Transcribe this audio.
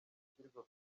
ishyirwa